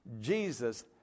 Jesus